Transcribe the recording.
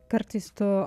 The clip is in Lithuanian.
kartais tu